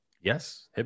Yes